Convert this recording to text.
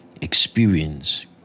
experience